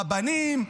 רבנים,